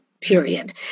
period